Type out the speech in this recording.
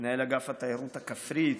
מנהל אגף התיירות הכפרית,